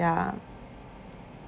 ya